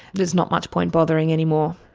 there's not much point bothering anymore.